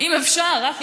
אם אפשר, לשנייה.